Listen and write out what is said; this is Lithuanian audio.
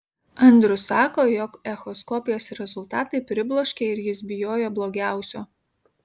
andrius sako jog echoskopijos rezultatai pribloškė ir jis bijojo blogiausio